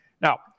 Now